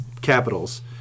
Capitals